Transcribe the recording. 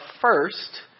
first